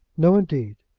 no, indeed.